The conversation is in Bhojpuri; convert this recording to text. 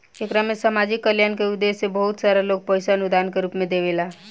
एकरा में सामाजिक कल्याण के उद्देश्य से बहुत सारा लोग पईसा अनुदान के रूप में देवेला